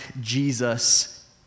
Jesus